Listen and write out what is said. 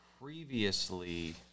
previously